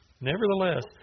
Nevertheless